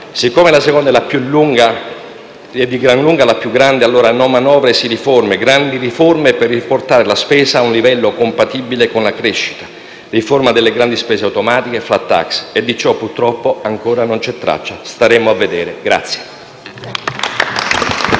Siccome la seconda è di gran lunga la più grande, allora non manovre, ma sì riforme, grandi riforme per riportare la spesa a un livello compatibile con la crescita: riforma delle grandi spese automatiche e *flat tax.* Di ciò, purtroppo, ancora non c'è traccia. Staremo a vedere.